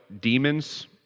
demons